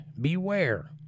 Beware